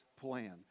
plan